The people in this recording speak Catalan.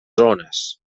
zones